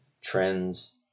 trends